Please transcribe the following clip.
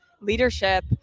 leadership